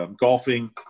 golfing